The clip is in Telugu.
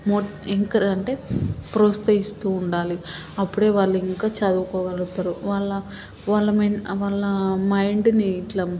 అంటే ప్రోత్సహిస్తూ ఉండాలి అప్పుడే వాళ్ళు ఇంకా చదువుకోగలుగుతారు వాళ్ళ వాళ్ళ వాళ్ళ మైండ్ని ఇట్లా